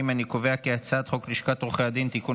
להעביר את הצעת חוק לשכת עורכי הדין (תיקון